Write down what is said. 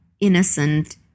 innocent